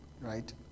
right